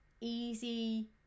easy